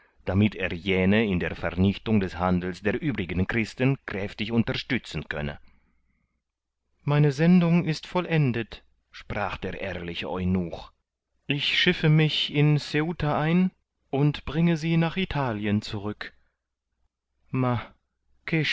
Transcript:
damit er jene in der vernichtung des handels der übrigen christen kräftig unterstützen könne meine sendung ist vollendet sprach der ehrliche eunuch ich schiffe mich in ceuta ein und bringe sie nach italien zurück